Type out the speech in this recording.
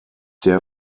der